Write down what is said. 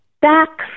back